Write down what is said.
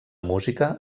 música